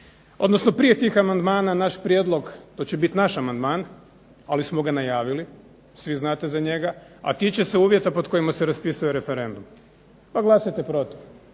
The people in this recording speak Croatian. Odnosno prije tih amandmana naš prijedlog, to će biti naš amandman ali smo ga najavili, svi znate za njega, a tiče se uvjeta pod kojima se raspisuje referendum pa glasajte protiv.